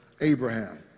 Abraham